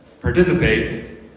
participate